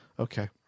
Okay